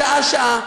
שעה-שעה,